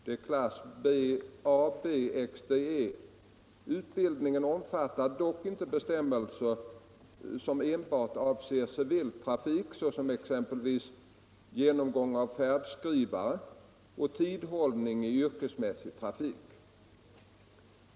Utbild — militärt förarbevis ningen omfattar dock inte bestämmelser som enbart avser civil trafik, — för buss exempelvis genomgång av färdskrivare och tidhållning i yrkesmässig trafik.